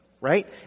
right